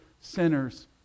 sinners